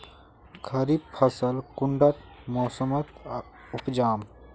खरीफ फसल कुंडा मोसमोत उपजाम?